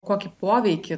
kokį poveikį